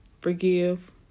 forgive